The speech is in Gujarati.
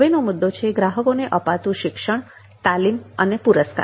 હવે નો મુદ્દો છે ગ્રાહકોને અપાતુ શિક્ષણ તાલીમ અને પુરસ્કાર